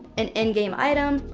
an in-game item,